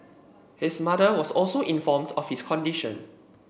his mother was also informed of his condition